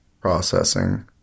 processing